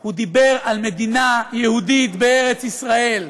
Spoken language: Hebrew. הוא דיבר על מדינה יהודית בארץ ישראל,